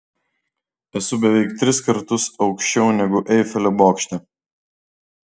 esu beveik tris kartus aukščiau negu eifelio bokšte